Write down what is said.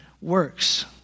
works